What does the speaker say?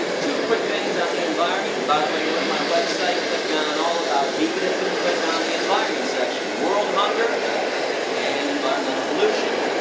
two quick things on the environment, and by the way go to my website, click on all about veganism, click on the environment section, world hunger and environmental pollution.